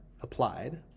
applied